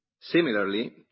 Similarly